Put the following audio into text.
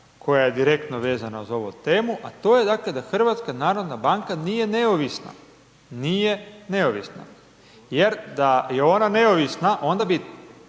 koja je direktno vezana za ovu temu, a to je, dakle, da HNB nije neovisna, nije neovisna jer da je ona neovisna onda bi